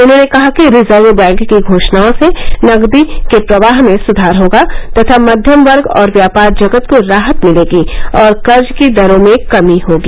उन्होंने कहा कि रिजर्व बैंक की घोषणाओं से नगदी के प्रवाह में सुधार होगा तथा मध्यम वर्ग और व्यापार जगत को राहत मिलेगी और कर्ज की दरों में कमी होगी